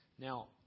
Now